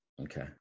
Okay